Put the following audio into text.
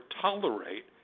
tolerate